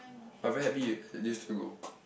but I very happy eh used to go